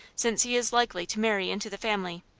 since he is likely to marry into the family.